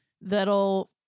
that'll